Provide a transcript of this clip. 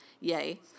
Yay